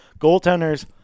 Goaltenders